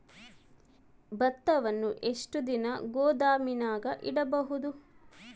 ಭತ್ತವನ್ನು ಎಷ್ಟು ದಿನ ಗೋದಾಮಿನಾಗ ಇಡಬಹುದು?